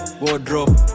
wardrobe